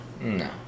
No